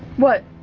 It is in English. what?